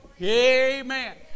Amen